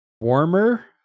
warmer